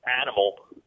animal